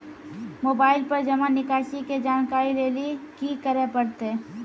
Mobile पर जमा निकासी के जानकरी लेली की करे परतै?